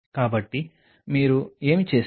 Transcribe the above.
కాబట్టి మీరు ఏమి చేసారు